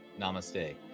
Namaste